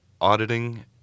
auditing